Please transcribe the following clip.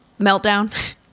meltdown